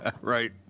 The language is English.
right